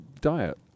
diet